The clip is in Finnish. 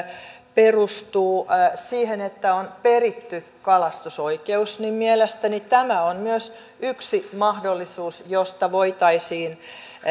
perustuu siihen että on peritty kalastusoikeus niin mielestäni tämä on myös yksi mahdollisuus josta voitaisiin